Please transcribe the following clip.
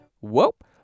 Whoop